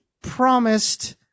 promised